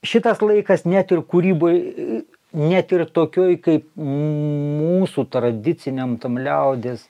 šitas laikas net ir kūryboj net ir tokioj kaip mūsų tradiciniam tam liaudies